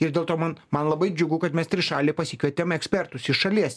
ir dėl to man man labai džiugu kad mes trišalėj pasikvietėme ekspertus iš šalies